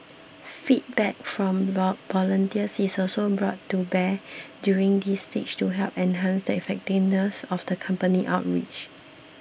feedback from volunteers is also brought to bear during this stage to help enhance the effectiveness of the company's outreach